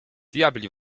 diabli